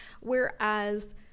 whereas